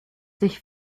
sich